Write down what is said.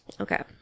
Okay